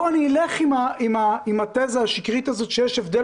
בואו נלך עם התיזה השקרית הזאת שיש הבדל